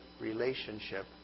relationship